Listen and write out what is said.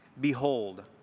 Behold